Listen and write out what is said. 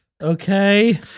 Okay